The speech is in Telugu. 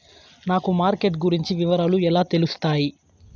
నాకు మార్కెట్ గురించి వివరాలు ఎలా తెలుస్తాయి?